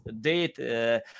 date